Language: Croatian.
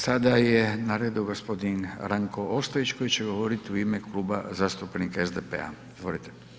Sada je na radu gospodin Ranko Ostojić, koji će govoriti u ime Kluba zastupnika SDP-a, izvolite.